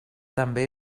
també